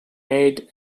made